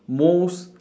most